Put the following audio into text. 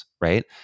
Right